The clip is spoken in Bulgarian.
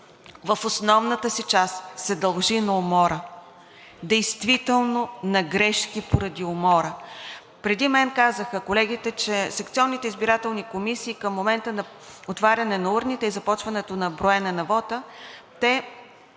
в основната си част се дължат на умора – действително са грешки поради умора. Преди мен колегите казаха, че секционните избирателни комисии към момента на отваряне на урните и започване броенето на вота, те